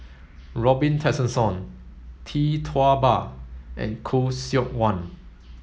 Robin Tessensohn Tee Tua Ba and Khoo Seok Wan